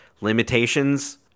limitations